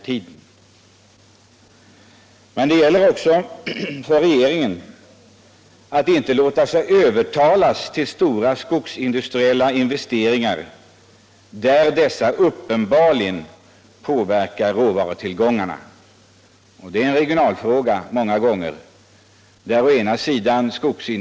Men det gäller också för regeringen att inte låta sig övertalas till stora skogsindustriella investeringar där dessa uppenbarligen påverkar råvarutillgångarna. Detta är många gånger en regionalpolitisk fråga.